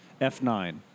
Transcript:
F9